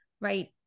right